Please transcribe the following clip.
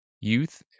youth